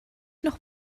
noch